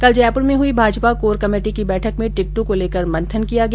कल जयपुर में हुई भाजपा कोर कमेटी की बैठक में टिकटों को लेकर मंथन किया गया